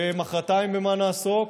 ומוחרתיים במה נעסוק?